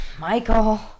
Michael